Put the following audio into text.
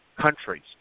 countries